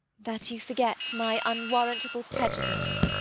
that you forget my unwarrantable prejudice.